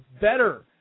better